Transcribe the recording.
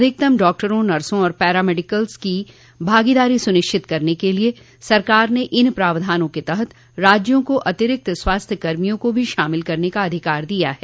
अधिकतम डॉक्टरों नर्सों और पैरामेडिकित्स की भागीदारी सुनिश्चित करने के लिए सरकार ने इन प्रावधानों क तहत राज्यों को अतिरिक्त स्वास्थ्य कर्मियों को भी शामिल करने का अधिकार दिया है